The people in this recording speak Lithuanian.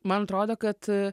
man atrodo kad